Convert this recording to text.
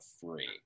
free